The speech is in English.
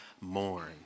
mourn